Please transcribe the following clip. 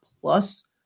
plus